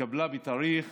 התקבלה בתאריך